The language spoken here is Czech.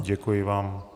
Děkuji vám.